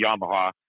Yamaha